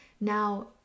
Now